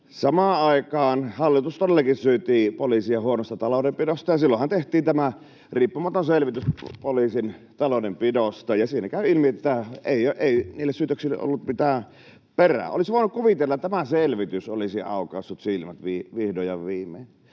Samaan aikaan hallitus todellakin syytti poliisia huonosta taloudenpidosta, ja silloinhan tehtiin tämä riippumaton selvitys poliisin taloudenpidosta, ja siinä käy ilmi, että ei niissä syytöksissä ollut mitään perää. Olisi voinut kuvitella, että tämä selvitys olisi aukaissut silmät vihdoin ja viimein.